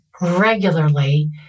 regularly